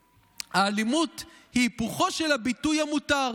האלימות היא היפוכו של הביטוי המותר.